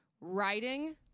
writing